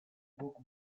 guk